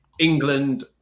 England